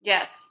Yes